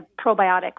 probiotic